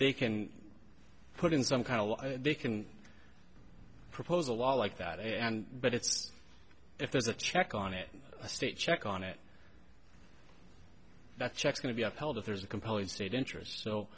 they can put in some kind of they can propose a law like that and but it's if there's a check on it a state check on it that checks going to be upheld if there's a compelling state interest so